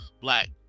black